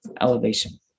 elevation